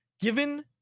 Given